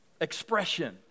expression